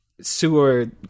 sewer